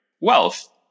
wealth